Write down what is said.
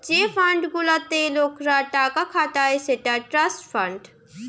যে ফান্ড গুলাতে লোকরা টাকা খাটায় সেটা ট্রাস্ট ফান্ড